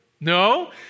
No